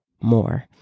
more